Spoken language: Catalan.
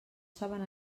saben